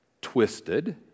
twisted